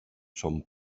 son